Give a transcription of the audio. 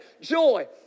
Joy